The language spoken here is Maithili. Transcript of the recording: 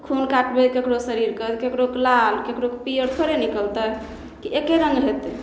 खून काटबै केकरो शरीरके केकरोके लाल केकरोके पीयर थोड़े निकलतै कि एके रङ्ग हेतै